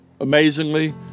Amazingly